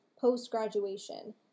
post-graduation